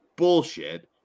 bullshit